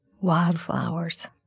wildflowers